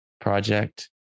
project